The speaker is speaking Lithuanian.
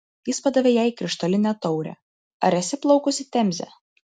jis padavė jai krištolinę taurę ar esi plaukusi temze